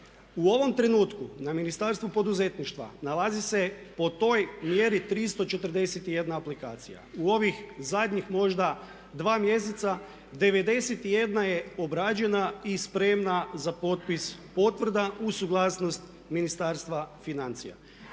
U ovom trenutku na Ministarstvu poduzetništva nalazi se po toj mjeri 341 aplikacija u ovih zadnjih možda 2 mjeseca 91 je obrađena i spremna za potpis potvrda uz suglasnost Ministarstva financija.